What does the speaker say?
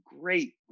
great